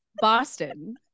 Boston